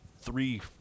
three-